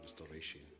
restoration